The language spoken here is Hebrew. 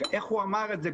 אך הוא אמר את זה?